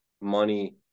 money